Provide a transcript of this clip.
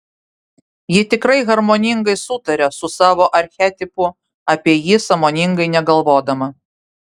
ji tikrai harmoningai sutaria su savo archetipu apie jį sąmoningai negalvodama